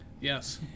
Yes